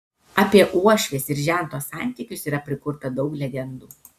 apie uošvės ir žento santykius yra prikurta daug legendų